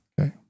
Okay